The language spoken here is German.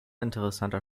interessanter